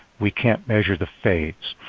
we can't measure the fades.